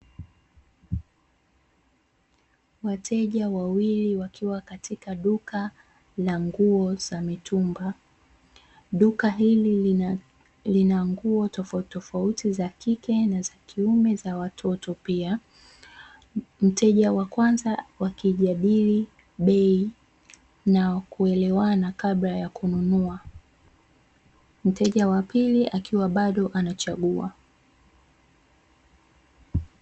Wateja wawili wakiwa katika duka la nguo za mitumba, duka hili lina nguo tofautitofauti za kike na za kiume za watoto pia, mteja wa kwanza wakijadili bei na kuelewana kabla ya kununua mteja wa pili akiwa bado anachagua.